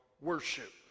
worship